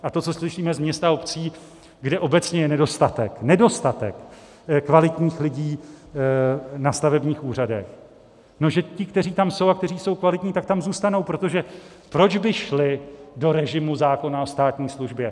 A to, co slyšíme z měst a obcí, kde obecně je nedostatek, nedostatek kvalitních lidí na stavebních úřadech, že ti, kteří tam jsou a kteří jsou kvalitní, tak tam zůstanou, protože proč by šli do režimu zákona o státní službě?